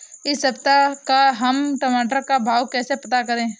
इस सप्ताह का हम टमाटर का भाव कैसे पता करें?